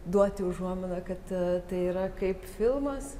duoti užuominą kad tai yra kaip filmas